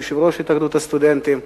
את יושב-ראש התאחדות הסטודנטים,